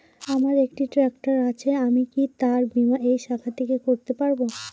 আমার একটি ট্র্যাক্টর আছে আমি কি তার বীমা এই শাখা থেকে করতে পারব?